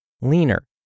leaner